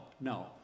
no